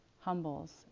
humbles